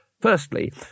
Firstly